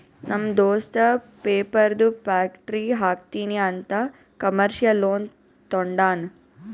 ನಮ್ ದೋಸ್ತ ಪೇಪರ್ದು ಫ್ಯಾಕ್ಟರಿ ಹಾಕ್ತೀನಿ ಅಂತ್ ಕಮರ್ಶಿಯಲ್ ಲೋನ್ ತೊಂಡಾನ